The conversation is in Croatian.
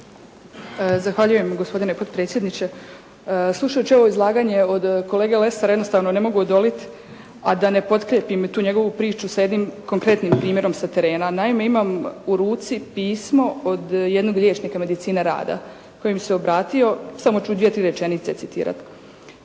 Zahvaljujem gospodine potpredsjedniče. Slušajući ovo izlaganje od kolege Lesara jednostavno ne mogu odoliti, a da ne potkrijepim tu njegovu priču sa jednim konkretnim primjerom sa terena. Naime, imam u ruci pismo od jednog liječnika medicine rada koji mi se obratio. Samo ću dvije, tri rečenice citirati.